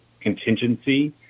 contingency